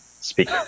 speak